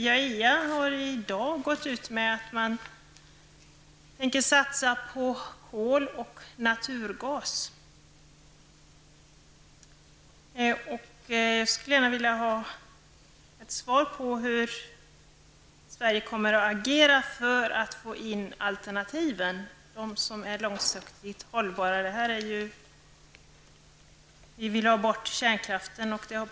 IAEA har i dag gått ut med information om att man tänker satsa på kol och naturgas. Jag skulle gärna vilja ha ett svar på frågan om huruvida Sverige kommer att agera för att långsiktigt hållbara alternativ kommer med. Jag tänker då på t.ex. kärnkraften. Vi vill nu att användningen av denna skall upphöra.